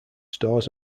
stores